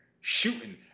shooting